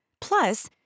Plus